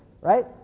right